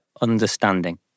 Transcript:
understanding